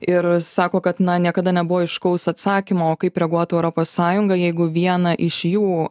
ir sako kad na niekada nebuvo aiškaus atsakymo o kaip reaguotų europos sąjunga jeigu vieną iš jų